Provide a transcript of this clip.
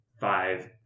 five